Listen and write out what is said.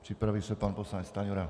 Připraví se pan poslanec Stanjura.